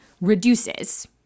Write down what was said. reduces